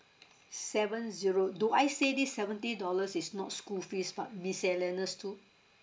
seven zero do I say this seventy dollars is not school fees but miscellaneous too